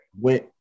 went